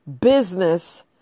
business